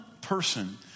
person